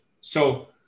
So-